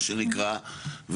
מה שנקרא,